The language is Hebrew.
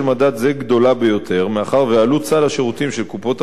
מאחר שעלות סל השירותים של קופות-החולים צמודה למדד זה.